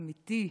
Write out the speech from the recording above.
אמיתי.